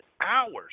hours